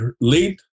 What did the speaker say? late